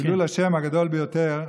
וחילול השם הגדול ביותר,